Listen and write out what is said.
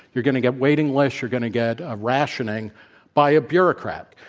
you're going to get waiting lists. you're going to get ah rationing by a bureaucrat